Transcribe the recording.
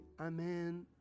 Amen